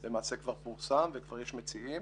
הוא למעשה כבר פורסם וכבר יש מציעים.